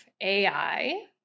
AI